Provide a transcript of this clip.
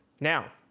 Now